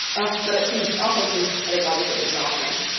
um but it seems awful, since pedagogically exhausting